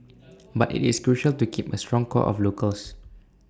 but IT is crucial to keep A strong core of locals